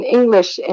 English